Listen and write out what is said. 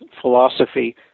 philosophy